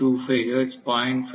25 hertz 0